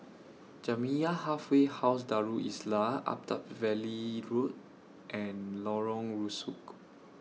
Jamiyah Halfway House Darul Islah Attap Valley Road and Lorong Rusuk